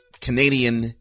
Canadian